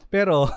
Pero